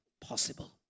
Possible